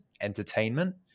entertainment